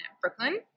Brooklyn